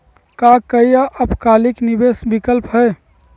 का काई अल्पकालिक निवेस विकल्प हई?